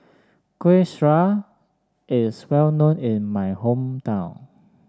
Kuih Syara is well known in my hometown